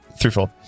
threefold